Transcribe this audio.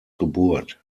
geburt